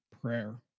prayer